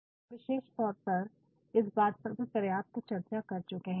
और हम विशेष तौर पर इस बात पर भी पर्याप्त चर्चा कर चुके हैं